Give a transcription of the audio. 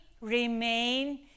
remain